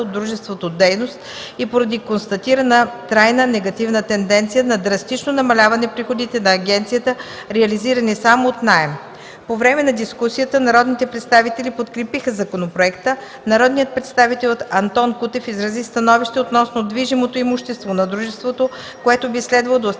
от дружеството дейност и поради констатирана трайна негативна тенденция на драстично намаляване приходите на агенцията, реализирани само от наем. По време на дискусията народните представители подкрепиха законопроекта. Народният представител Антон Кутев изрази становище относно движимото имущество на дружеството, което би следвало да остане